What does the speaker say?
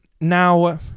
Now